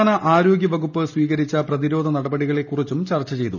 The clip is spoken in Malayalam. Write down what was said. സംസ്ഥാന ആരോഗ്യവകുപ്പ് സ്വീകരിച്ച പ്രതിരോധ നടപടികളെ കുറിച്ചും ചർച്ച ചെയ്തു